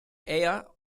eher